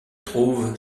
trouve